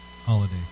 holiday